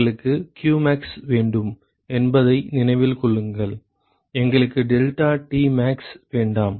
எங்களுக்கு qmax வேண்டும் என்பதை நினைவில் கொள்ளுங்கள் எங்களுக்கு deltaTmax வேண்டாம்